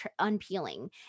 unpeeling